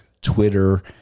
Twitter